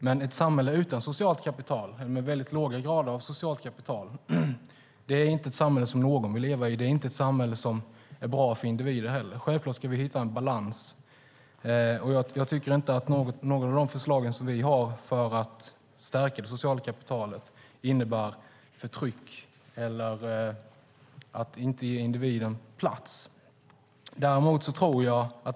Men i ett samhälle utan socialt kapital eller med låg grad av socialt kapital vill ingen leva. Det samhället är inte bra för individen heller. Självklart ska vi hitta en balans. Jag tycker inte att något av de förslag vi har för att stärka det sociala kapitalet innebär förtryck eller att vi inte ger individen plats.